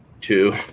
two